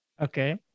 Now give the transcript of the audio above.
Okay